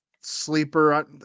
sleeper